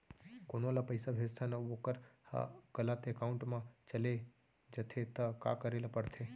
कोनो ला पइसा भेजथन अऊ वोकर ह गलत एकाउंट में चले जथे त का करे ला पड़थे?